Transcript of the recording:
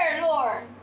Lord